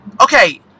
okay